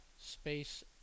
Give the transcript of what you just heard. space